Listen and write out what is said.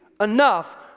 enough